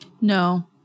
No